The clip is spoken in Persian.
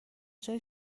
جای